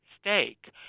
steak